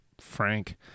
frank